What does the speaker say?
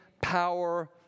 power